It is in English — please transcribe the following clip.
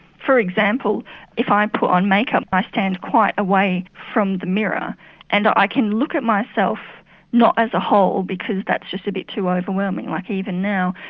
for example if i put on makeup i stand quite away from the mirror and i can look at myself not as a whole because that's just a bit too overwhelming like even now.